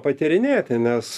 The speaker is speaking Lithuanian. patyrinėti nes